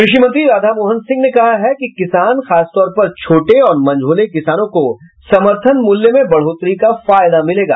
कृषि मंत्री राधा मोहन सिंह ने कहा है कि किसान खासतौर पर छोटे और मझोले किसानों को समर्थन मूल्य में बढोतरी का फायदा मिलेगा